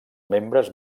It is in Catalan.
membres